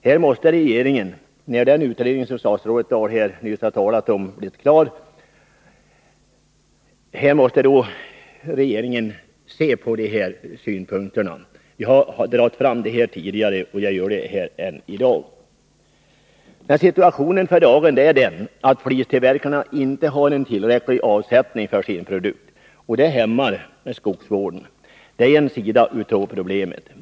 Här måste regeringen, när den utredning som statsrådet Dahl här har talat om blivit klar, se på dessa synpunkter, som jag har fört fram tidigare och för fram i dag. Situationen för dagen är den att flistillverkarna inte har tillräcklig avsättning för sin produkt. Detta hämmar skogsvården. Det är en sida av problemet.